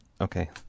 Okay